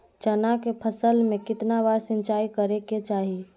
चना के फसल में कितना बार सिंचाई करें के चाहि?